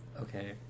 Okay